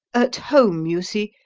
at home, you see,